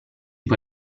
può